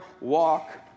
walk